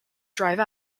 drive